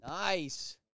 Nice